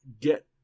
get